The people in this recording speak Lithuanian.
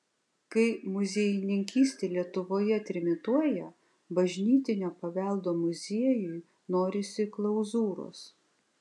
kai muziejininkystė lietuvoje trimituoja bažnytinio paveldo muziejui norisi klauzūros